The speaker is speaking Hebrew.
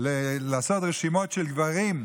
לעשות רשימות של גברים,